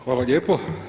Hvala lijepo.